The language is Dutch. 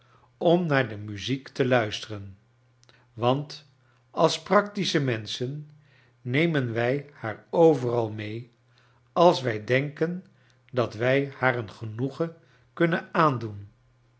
om naar de muziek te luisteren want als practische menschen nemen wij haar overal mee als wij denken dat wij haar een genoegen kunnen aandoen